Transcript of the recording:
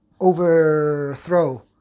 overthrow